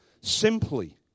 Simply